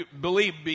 believe